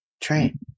Train